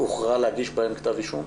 הוחלט להגיש הם כתב אישום,